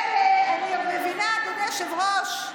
מילא, אני עוד מבינה, אדוני היושב-ראש,